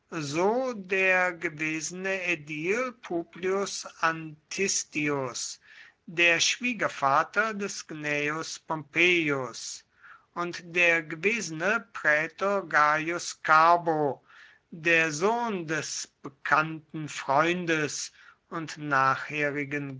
so der gewesene ädil publius antistius der schwiegervater des gnaeus pompeius und der gewesene prätor gaius carbo der sohn des bekannten freundes und